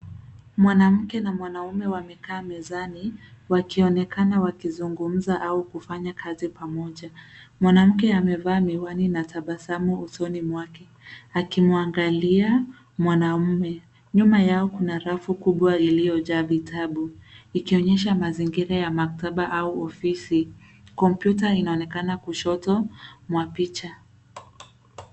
Mwanamke na mwanaume wamekaa mezani wakionekana wakizungumza au kufanya kazi pamoja. Mwanamke amevaa miwani na tabasamu usoni mwake akimwangalia mwanaume. Nyuma yao, kuna rafu kubwa iliyojaa vitabu ikionyesha mazingira ya maktaba au ofisi. Kompyuta inaonekana kushoto mwa picha.